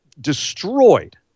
destroyed